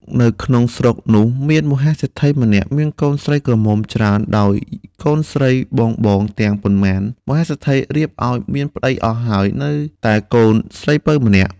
នៅក្នុងស្រុកនោះមានមហាសេដ្ឋីម្នាក់មានកូនស្រីក្រមុំច្រើនដោយកូនស្រីបងៗទាំងប៉ុន្មានមហាសេដ្ឋីរៀបឲ្យមានប្ដីអស់ហើយនៅតែកូនស្រីពៅម្នាក់។